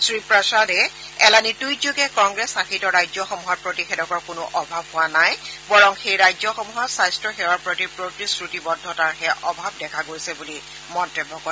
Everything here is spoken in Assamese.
শ্ৰীপ্ৰসাদে এলানি টুইটযোগে কংগ্ৰেছশাসিত ৰাজ্যসমূহত প্ৰতিষেধকৰ কোনো অভাৱ হোৱা নাই বৰং সেই ৰাজ্যসমূহত স্বাস্থ্যসেৱাৰ প্ৰতি প্ৰতিশ্ৰুতিৰদ্ধতাৰহে অভাৱ দেখা গৈছে বুলি মন্তব্য কৰে